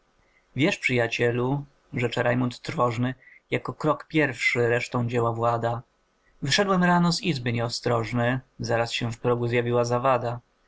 wiesz przyjacielu rzecze rajmund trwożny jako krok pierwszy resztą dzieła włada wyszedłem rano z izby nieostrożny zaraz się w progu zjawiła zawada